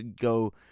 go